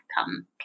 come